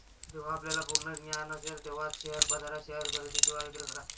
जेव्हा आपल्याला पूर्ण ज्ञान असेल तेव्हाच शेअर बाजारात शेअर्स खरेदी किंवा विक्री करा